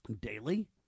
daily